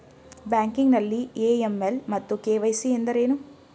Banking ನಲ್ಲಿ AML ಮತ್ತು KYC ಎಂದರೇನು?